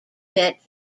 met